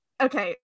Okay